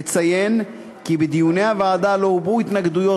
אציין כי בדיוני הוועדה לא הובעו התנגדויות,